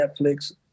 Netflix